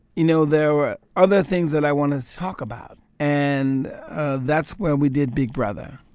you know, there were other things that i wanted to talk about. and that's where we did big brother.